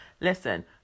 Listen